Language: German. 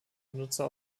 benutzer